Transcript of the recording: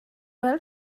well